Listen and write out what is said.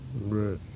right